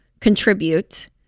contribute